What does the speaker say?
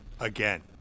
Again